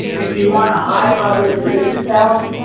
if you want a high positive predictive value,